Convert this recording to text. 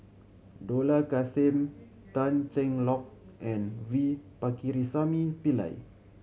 Dollah Kassim Tan Cheng Lock and V Pakirisamy Pillai